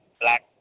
black